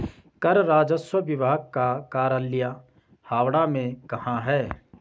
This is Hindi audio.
कर राजस्व विभाग का कार्यालय हावड़ा में कहाँ है?